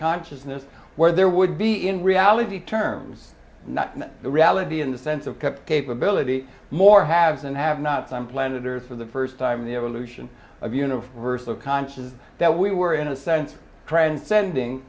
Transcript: consciousness where there would be in reality terms the reality in the sense of kept capability more haves and have nots on planet earth for the first time in the evolution of universal conscious that we were in a sense transcending